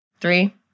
Three